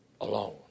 alone